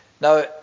Now